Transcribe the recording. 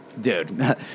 dude